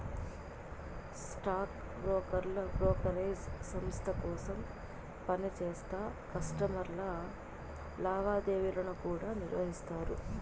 stock బ్రోకర్లు brokerage సంస్త కోసరం పనిచేస్తా కస్టమర్ల లావాదేవీలను కూడా నిర్వహిస్తారు